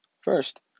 First